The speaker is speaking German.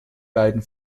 beiden